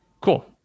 cool